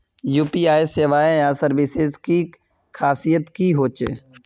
UPI सेवाएँ या services की खासियत की होचे?